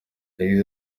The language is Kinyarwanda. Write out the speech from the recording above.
yagize